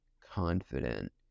confident